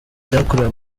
byakorewe